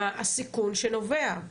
מה הסיכון שנובע.